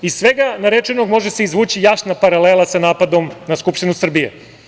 Iz svega rečenog može se izvući jasna paralela sa napadom na Skupštinu Srbije.